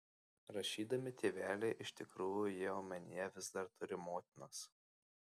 rašydami tėveliai iš tikrųjų jie omenyje vis dar turi motinas